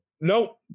nope